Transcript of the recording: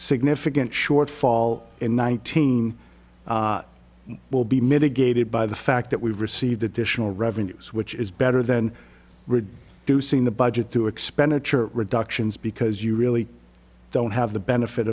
significant shortfall in nineteen will be mitigated by the fact that we've received additional revenues which is better than rich to sing the budget to expenditure reductions because you really don't have the benefit